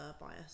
bias